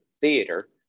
theater